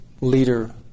leader